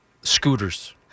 scooters